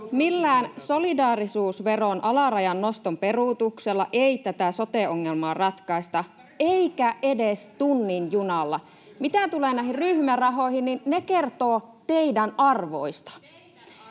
Millään solidaarisuusveron alarajan noston peruutuksella ei tätä sote-ongelmaa ratkaista eikä edes tunnin junalla. [Annika Saarikko: Mutta ryhmärahoilla!] — Mitä tulee näihin ryhmärahoihin, niin ne kertovat teidän arvoista.